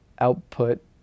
output